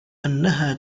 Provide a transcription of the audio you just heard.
أنها